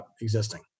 existing